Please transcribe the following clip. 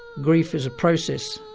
grief is a process,